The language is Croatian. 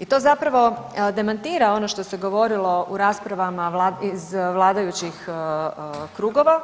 I to zapravo demantira ono što se govorilo u raspravama iz vladajućih krugova